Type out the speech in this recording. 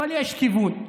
אבל יש כיוון.